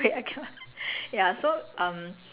so f~ err there there was one time